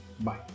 Bye